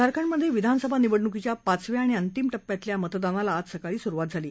झारखंडमधे विधानसभा निवडणुकीच्या पाचव्या आणि अंतिम टप्प्यातल्या मतदानाला आज सकाळी सुरुवात झाली